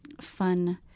fun